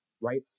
Right